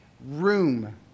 room